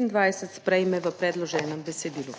MAG. MEIRA HOT:**